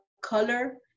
color